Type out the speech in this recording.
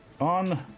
On